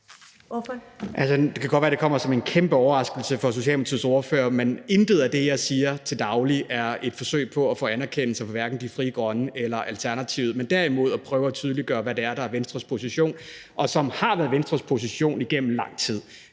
Det kan godt være, at det kommer som en kæmpe overraskelse for Socialdemokratiets ordfører, men intet af det, som jeg siger til daglig, er et forsøg på at få anerkendelse fra hverken Frie Grønne eller Alternativet, men derimod at prøve at tydeliggøre, hvad det er, der er Venstres position, og hvad der har været Venstres position igennem lang tid.